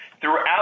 throughout